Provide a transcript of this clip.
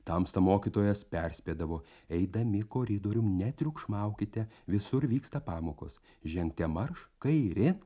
tamsta mokytojas perspėdavo eidami koridorium netriukšmaukite visur vyksta pamokos žengte marš kairėn